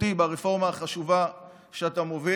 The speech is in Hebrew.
משמעותי ברפורמה החשובה שאתה מוביל.